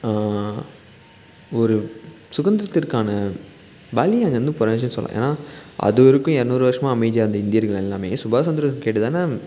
ஒரு சுதந்திரத்திற்கான வழி அங்கேருந்து பிறந்துச்சுனு சொல்லலாம் ஏன்னா அதுவரைக்கும் இரநூறு வருசமா அமைதியா இருந்த இந்தியர்கள் எல்லாம் சுபாஷ் சந்திரபோஸ் கேட்டு தான